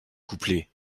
couplet